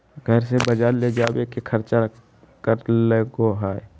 घर से बजार ले जावे के खर्चा कर लगो है?